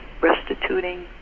restituting